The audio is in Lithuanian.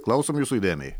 klausom jūsų įdėmiai